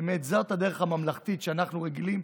באמת, זאת הדרך הממלכתית שאנחנו רגילים.